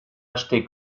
acheté